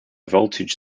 voltage